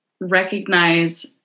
recognize